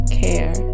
care